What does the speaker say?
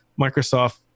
Microsoft